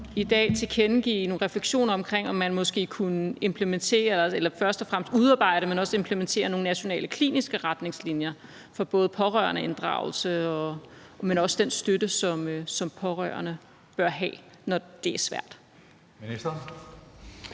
så i dag tilkendegive nogle refleksioner over, om man måske kunne udarbejde og også implementere nogle nationale kliniske retningslinjer for både pårørendeinddragelse, men også den støtte, som pårørende bør have, når det er svært?